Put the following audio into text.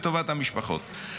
לטובת המשפחות,